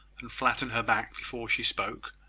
and flatten her back before she spoke,